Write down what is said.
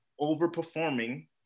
overperforming